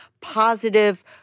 positive